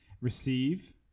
receive